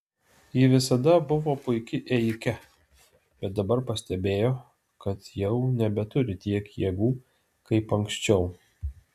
ji visada buvo puiki ėjike bet dabar pastebėjo kad jau nebeturi tiek jėgų kaip anksčiau